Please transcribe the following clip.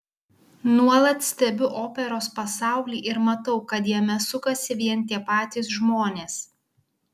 nuolat stebiu operos pasaulį ir matau kad jame sukasi vien tie patys žmonės